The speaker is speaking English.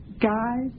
guys